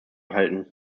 erhalten